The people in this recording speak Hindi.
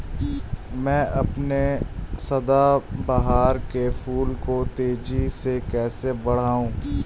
मैं अपने सदाबहार के फूल को तेजी से कैसे बढाऊं?